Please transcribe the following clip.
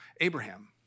Abraham